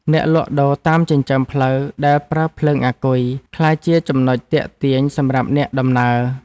អ្នកលក់ដូរតាមចិញ្ចើមផ្លូវដែលប្រើភ្លើងអាគុយ ក្លាយជាចំណុចទាក់ទាញសម្រាប់អ្នកដំណើរ។